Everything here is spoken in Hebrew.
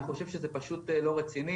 אני חושב שזה פשוט לא רציני.